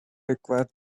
requires